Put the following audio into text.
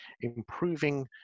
improving